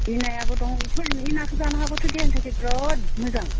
बे नायाबो दं बेथ' बे नाखौ जाबाथ' देहानि थाखाय बिरात मोजां